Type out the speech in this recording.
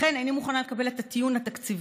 לכן, איני מוכנה לקבל את הטיעון התקציבי.